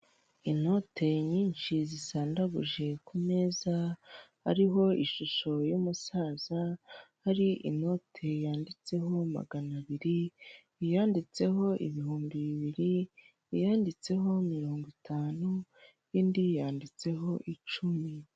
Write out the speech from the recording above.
Inote nyinshi zisandabuje ku meza hariho ishusho y'umusaza, hari inote yanditseho magana abiri, iyanditseho ibihumbi bibiri, iyanyanditseho mirongo itanu indi yanditseho icumi.